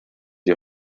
die